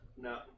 No